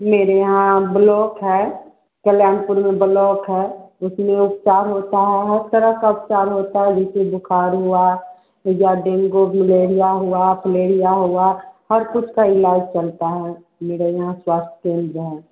मेरे यहाँ ब्लॉक है कलयाणपुर में ब्लॉक है इसमें उपचार होता है हर तरह का उपचार होता है जैसे बुख़ार हुआ या डेंगू मलेरिया हुआ फलेरिया हुआ हर कुछ का इलाज चलता है मेरे यहाँ स्वस्थ्य केंद्र जहाँ